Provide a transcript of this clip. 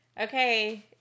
Okay